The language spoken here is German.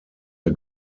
der